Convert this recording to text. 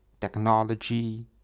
technology